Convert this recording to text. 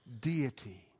deity